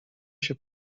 się